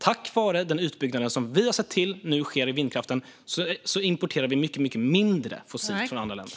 Tack vare att vi har sett till att det nu sker en utbyggnad av vindkraften importerar vi mycket, mycket mindre fossilt från andra länder.